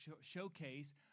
showcase